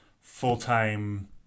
full-time